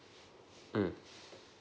mm